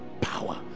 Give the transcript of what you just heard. power